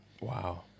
wow